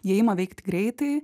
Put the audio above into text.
jie ima veikti greitai